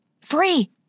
Free